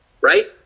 right